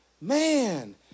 Man